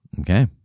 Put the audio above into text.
Okay